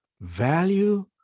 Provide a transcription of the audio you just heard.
value